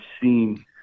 seen